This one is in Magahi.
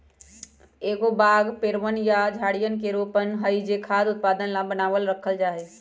एगो बाग पेड़वन या झाड़ियवन के रोपण हई जो खाद्य उत्पादन ला बनावल रखल जाहई